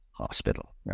hospital